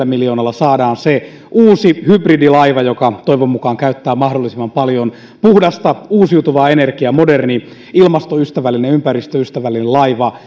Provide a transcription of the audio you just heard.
miljoonalla saadaan se uusi hybridilaiva joka toivon mukaan käyttää mahdollisimman paljon puhdasta uusiutuvaa energiaa moderni ilmastoystävällinen ja ympäristöystävällinen laiva